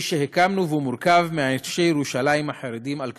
שהקמנו והוא מורכב מאנשי ירושלים החרדים על קדושתה.